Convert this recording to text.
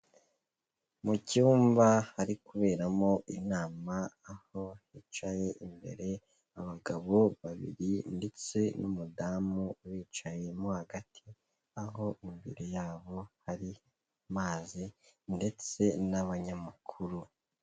Mu cyumba hari kuberamo inama aho hicaye imbere abagabo babiri ndetse n'umudamu wicayemo hagati, aho imbere yabo hari mazi ndetse n'abanyamakuru.